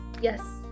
Yes